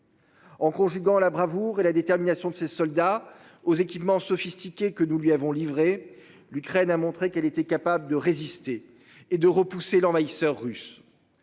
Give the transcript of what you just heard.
En conjuguant la bravoure et la détermination de ses soldats aux équipements sophistiqués que nous lui avons livré. L'Ukraine a montré qu'elle était capable de résister et de repousser l'envahisseur russe.